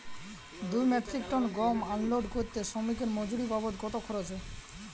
দুই metric ton গম unload করতে শ্রমিক এর মজুরি বাবদ কত খরচ হয়?